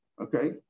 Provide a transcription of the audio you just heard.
Okay